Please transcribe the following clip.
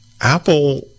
apple